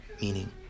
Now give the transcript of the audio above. meaning